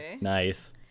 nice